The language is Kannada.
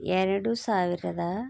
ಎರಡು ಸಾವಿರದ